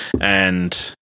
And-